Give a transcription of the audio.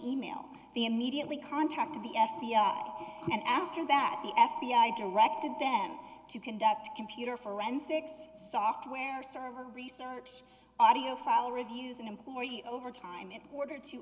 e mail the immediately contacted the f b i and after that the f b i directed them to conduct computer forensics software serve a research audio file reviews an employee over time in order to